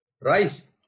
Rice